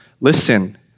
listen